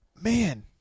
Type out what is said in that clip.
man